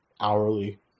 hourly